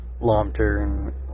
long-term